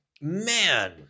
Man